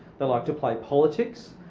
they like to play politics.